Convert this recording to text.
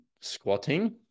squatting